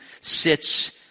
sits